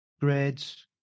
grades